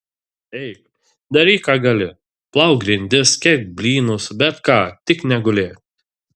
eik daryk ką gali plauk grindis kepk blynus bet ką tik negulėk